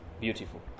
beautiful